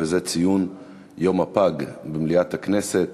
והוא ציון יום הפג במליאת הכנסת